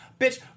Bitch